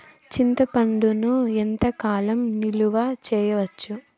చింతపండును ఎంత కాలం నిలువ చేయవచ్చు?